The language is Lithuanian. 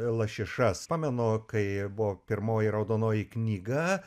lašišas pamenu kai buvo pirmoji raudonoji knyga